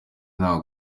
nta